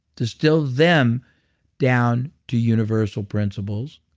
distill them down to universal principles,